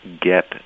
get